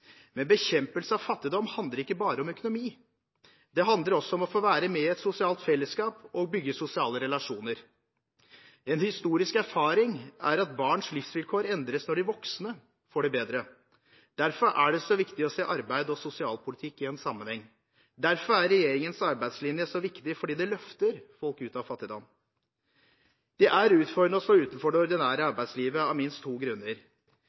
Men bekjempelse av fattigdom handler ikke bare om økonomi. Det handler også om å få være med i et sosialt fellesskap og bygge sosiale relasjoner. En historisk erfaring er at barns livsvilkår endres når de voksne får det bedre. Derfor er det så viktig å se arbeid- og sosialpolitikk i en sammenheng. Derfor er regjeringens arbeidslinje så viktig fordi det løfter folk ut av fattigdom. Det er utfordrende å stå utenfor det ordinære arbeidslivet av minst to grunner.